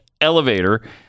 elevator